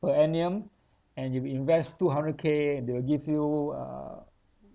per annum and you invest two hundred K they will give you uh